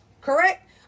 Correct